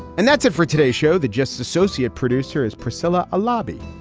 and that's it for today's show, the just associate producer is priscilla, a lobby.